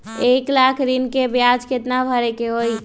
एक लाख ऋन के ब्याज केतना भरे के होई?